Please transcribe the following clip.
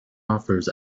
offers